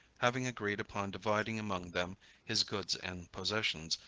having agreed upon dividing among them his goods and possessions,